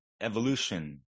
evolution